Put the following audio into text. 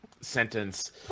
sentence